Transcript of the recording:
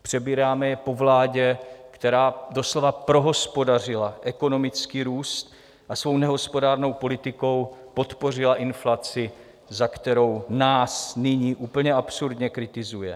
Přebíráme je po vládě, která doslova prohospodařila ekonomický růst a svou nehospodárnou politikou podpořila inflaci, za kterou nás nyní úplně absurdně kritizuje.